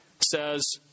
says